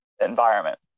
environment